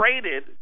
traded